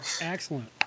Excellent